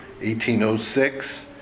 1806